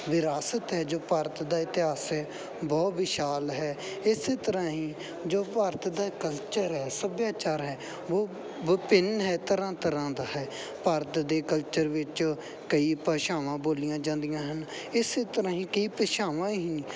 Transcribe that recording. ਵਿਰਾਸਤ ਹੈ ਜੋ ਭਾਰਤ ਦਾ ਇਤਿਹਾਸ ਹੈ ਬਹੁਤ ਵਿਸ਼ਾਲ ਹੈ ਇਸੇ ਤਰ੍ਹਾਂ ਹੀ ਜੋ ਭਾਰਤ ਦਾ ਕਲਚਰ ਹੈ ਸੱਭਿਆਚਾਰ ਹੈ ਉਹ ਵਿਭਿੰਨ ਹੈ ਤਰ੍ਹਾਂ ਤਰ੍ਹਾਂ ਦਾ ਹੈ ਭਾਰਤ ਦੇ ਕਲਚਰ ਵਿੱਚ ਕਈ ਭਾਸ਼ਾਵਾਂ ਬੋਲੀਆਂ ਜਾਂਦੀਆਂ ਹਨ ਇਸੇ ਤਰ੍ਹਾਂ ਹੀ ਕਈ ਭਾਸ਼ਾਵਾਂ ਹੀ